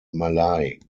malay